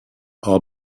all